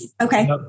Okay